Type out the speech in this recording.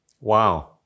Wow